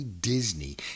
Disney